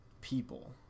people